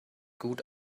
gut